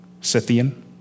Scythian